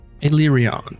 Illyrian